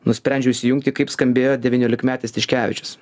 nusprendžiau įsijungti kaip skambėjo devyniolikmetis tiškevičius